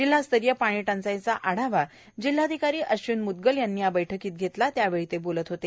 जिल्हास्तरिय पाणीटंचाईचा आढावा जिल्हाधिकारी अश्विन म्दगल यांनी बैठकीत घेतला त्यावेळी ते बोलत होते